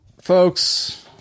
folks